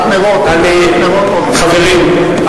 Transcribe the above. חברים,